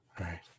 right